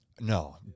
no